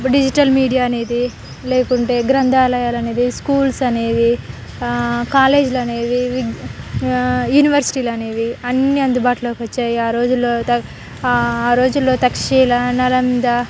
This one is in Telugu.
డిజిటల్ మీడియా అనేది లేకుంటే గ్రంథాలయాలు అనేది స్కూల్స్ అనేవి కాలేజీలు అనేవి యూనివర్సిటీలు అనేవి అన్ని అందుబాటులోకి వచ్చాయి ఆ రోజుల్లో ఆ రోజుల్లో తక్షశిల నలంద